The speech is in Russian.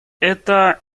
это